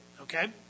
okay